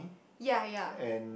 ya ya